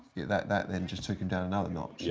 that that then just took him down another notch.